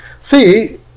See